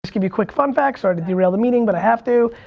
just give you quick fun facts. sorry to derail the meeting but i have to,